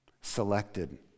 selected